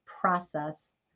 process